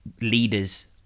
leaders